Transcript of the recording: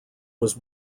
was